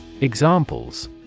Examples